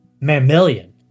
mammalian